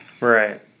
Right